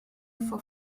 for